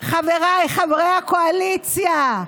חבריי חברי הקואליציה,